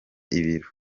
ibiro